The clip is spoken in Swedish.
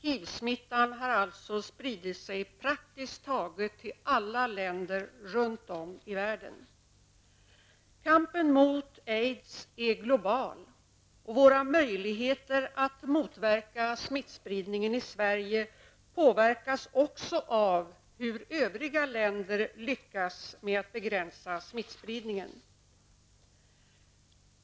HIV-smittan har alltså spritt sig praktiskt taget till alla länder runt om i världen. Kampen mot aids är global, och våra möjligheter att motverka smittspridningen i Sverige påverkas också av hur övriga länder lyckas med att bekämpa smittspridningen.